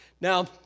Now